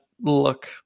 look